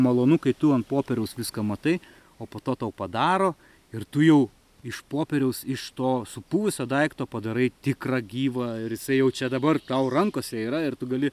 malonu kai tu ant popieriaus viską matai o po to tau padaro ir tu jau iš popieriaus iš to supuvusio daikto padarai tikrą gyvą ir jisai jau čia dabar tau rankose yra ir tu gali